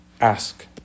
ask